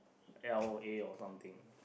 l_a or something